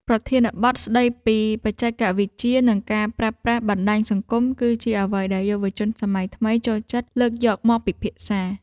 ប្រធានបទស្ដីពីបច្ចេកវិទ្យា និងការប្រើប្រាស់បណ្ដាញសង្គម គឺជាអ្វីដែលយុវជនសម័យថ្មីចូលចិត្តលើកយកមកពិភាក្សា។